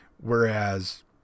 Whereas